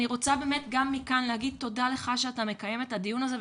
אני רוצה גם מכאן להגיד לך תודה שאתה מקיים את הדיון הזה,